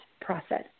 process